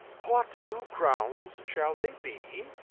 what two crowns shall they be?